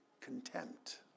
contempt